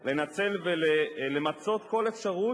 לנצל ולמצות כל אפשרות